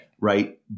right